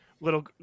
little